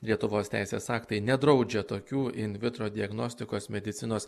lietuvos teisės aktai nedraudžia tokių in vitro diagnostikos medicinos